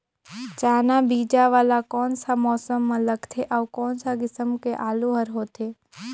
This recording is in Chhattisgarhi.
चाना बीजा वाला कोन सा मौसम म लगथे अउ कोन सा किसम के आलू हर होथे?